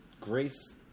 Grace